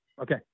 Okay